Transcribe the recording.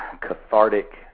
cathartic